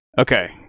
Okay